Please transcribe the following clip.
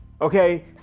Okay